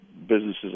businesses